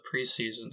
preseason